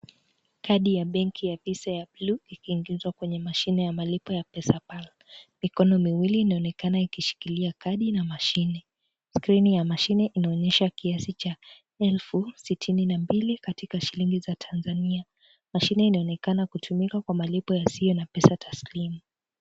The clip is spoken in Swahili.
Kadi ya benki ya visa ya bluu ikiingizwa kwenye mashine ya malipo ya pesa pal mikono miwili inaonekana ikishikilia kadi na mashine. Skrini ya mshine inaonyesha kiasi cha elfu sitini na mbili katika shilingi za Tanzania. Mashine inaonekana kutumika kwa malipo yasio pesa taslimu.